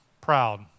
Proud